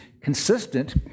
consistent